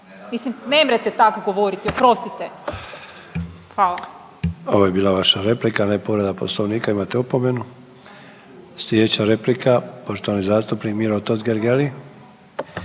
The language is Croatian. Mislim, nemrete tak govoriti, oprostite. Fala. **Sanader, Ante (HDZ)** Ovo je bila vaša replika ne povreda Poslovnika, imate opomenu. Slijedeća replika, poštovani zastupnik Miro Totgergeli.